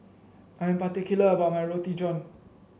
I am particular about my Roti John